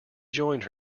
joined